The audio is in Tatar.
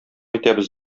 итәбез